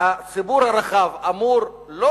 הציבור הרחב אמור לא